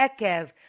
ekev